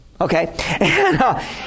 okay